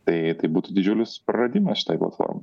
tai tai būtų didžiulis praradimas šitai platformai